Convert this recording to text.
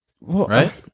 Right